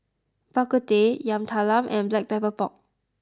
Bak Kut Teh Yam Talam and Black Pepper Pork